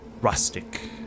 rustic